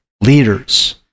leaders